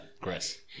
Chris